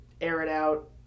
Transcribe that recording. air-it-out